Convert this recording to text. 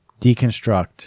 deconstruct